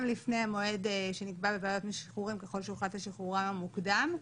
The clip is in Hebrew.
לפני המועד שנקבע בוועדת שחרורים ככל שהוחלט על שחרורם המוקדם,